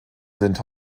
sind